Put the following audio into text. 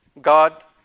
God